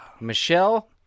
michelle